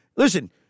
Listen